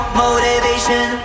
motivation